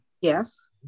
Yes